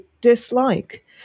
dislike